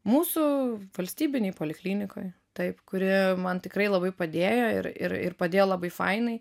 mūsų valstybinėj poliklinikoj taip kuri man tikrai labai padėjo ir ir ir padėjo labai fainai